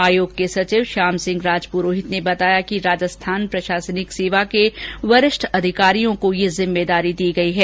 आयोग के सचिव श्याम सिंह राजपुरोहित ने बताया कि राजस्थान प्रशासनिक सेवा के वरिष्ठ अधिकारियों को यह जिम्मेदारी दी गर्यी है